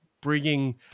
bringing